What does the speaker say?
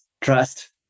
trust